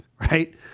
right